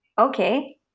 okay